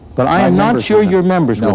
but i am not sure your members